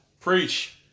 Preach